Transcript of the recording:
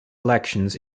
elections